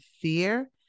fear